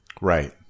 right